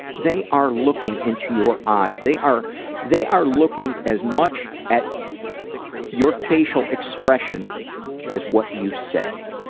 they are looking into your eyes. they are they are looking as much at your facial expression as what you say.